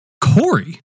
Corey